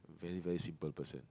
very very simple person